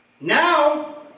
Now